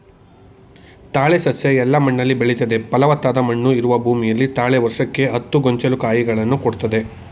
ತಾಳೆ ಸಸ್ಯ ಎಲ್ಲ ಮಣ್ಣಲ್ಲಿ ಬೆಳಿತದೆ ಫಲವತ್ತಾದ ಮಣ್ಣು ಇರುವ ಭೂಮಿಯಲ್ಲಿ ತಾಳೆ ವರ್ಷಕ್ಕೆ ಹತ್ತು ಗೊಂಚಲು ಕಾಯಿಗಳನ್ನು ಕೊಡ್ತದೆ